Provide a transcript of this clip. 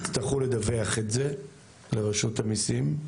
יצטרכו לדווח את זה לרשות המיסים,